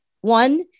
one